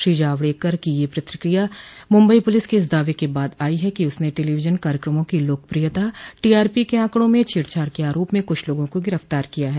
श्री जावड़ेकर की यह प्रतिक्रिया मुम्बई पुलिस के इस दावे के बाद आई है कि उसने टेलीविजन कार्यक्रमों की लोकप्रियता टीआरपी के आंकड़ों में छेड़छाड़ के आरोप में कुछ लोगों का गिरफ्तार किया है